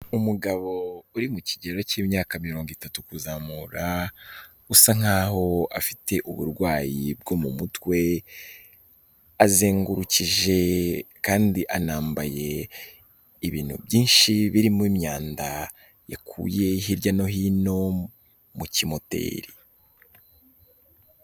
Umugabo uri mu kigero cy'imyaka mirongo itatu kuzamura, usa nkaho afite uburwayi bwo mu mutwe, azengurukije kandi anambaye ibintu byinshi birimo imyanda yakuye hirya no hino, mu kimoteri.